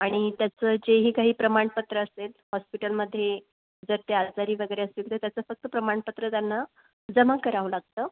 आणि त्याचं जेही काही प्रमाणपत्र असेल हॉस्पिटलमध्ये जर ते आजारी वगैरे असतील तर त्याचं फक्त प्रमाणपत्र त्यांना जमा करावं लागतं